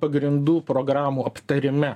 pagrindų programų aptarime